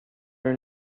her